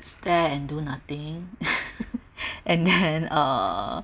stare and do nothing and then uh